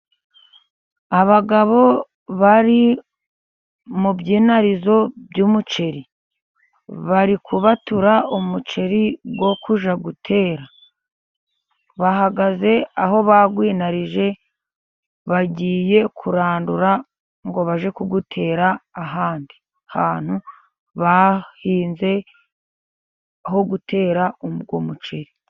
Abagabo bari mu byinarizo by'umuceri. Bari kubatura umuceri wo kujya gutera. Bahagaze aho bawinarije, bagiye kurandura ngo bajye kuwutera ahandi hantu bahinze ho gutera uwo umuceri.